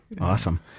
Awesome